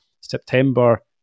September